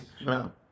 No